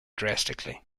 drastically